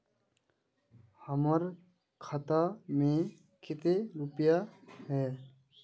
हमर खाता में केते रुपया है?